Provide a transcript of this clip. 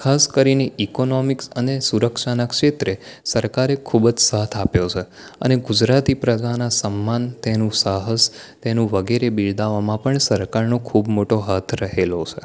ખાસ કરીને ઇકોનોમિક્સ અને સુરક્ષાના ક્ષેત્રે સરકારે ખૂબ જ સાથ આપ્યો છે અને ગુજરાતી પ્રજાનાં સન્માન તેનું સાહસ તેનું વગેરે બિરદાવવામાં પણ સરકારનો ખૂબ મોટો હાથ રહેલો છે